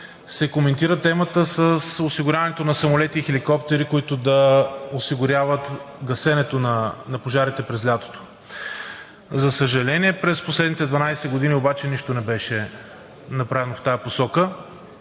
се коментира темата с осигуряването на самолети и хеликоптери, които да осигуряват гасенето на пожарите през лятото. За съжаление, през последните 12 години обаче нищо не беше направено в тази посока